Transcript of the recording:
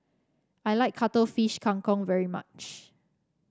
I like Cuttlefish Kang Kong very much